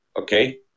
okay